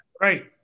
Right